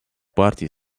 партий